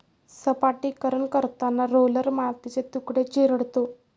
सपाटीकरण करताना रोलर मातीचे तुकडे चिरडतो